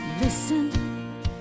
Listen